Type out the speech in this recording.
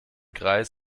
greis